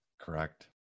correct